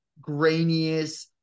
grainiest